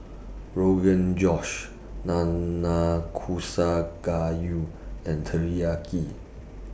Rogan Josh Nanakusa Gayu and Teriyaki